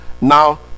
Now